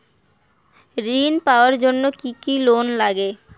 ঋণ পাওয়ার জন্য কি কি করতে লাগে?